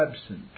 absent